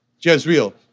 Jezreel